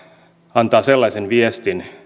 antaa sellaisen viestin